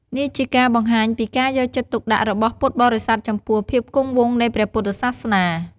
នេះជាការបង្ហាញពីការយកចិត្តទុកដាក់របស់ពុទ្ធបរិស័ទចំពោះភាពគង់វង្សនៃព្រះពុទ្ធសាសនា។